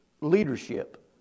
leadership